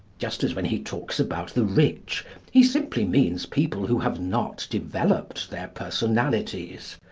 just as when he talks about the rich he simply means people who have not developed their personalities.